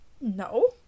No